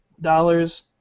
dollars